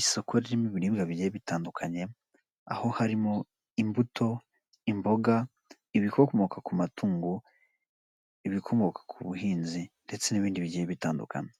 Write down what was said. Isoko rimo ibiribwa bigiye bitandukanye, aho harimo: imbuto, imboga, ibikomoka ku matungo, ibikomoka ku buhinzi ndetse n'ibindi bitandukanye;